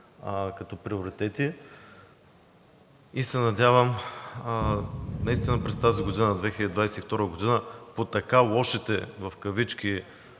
като приоритети и се надявам наистина през тази година – 2022 г., по така лошите в кавички